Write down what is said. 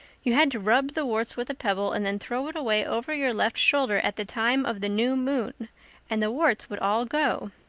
you had to rub the warts with the pebble and then throw it away over your left shoulder at the time of the new moon and the warts would all go.